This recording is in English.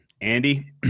andy